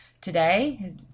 today